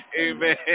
Amen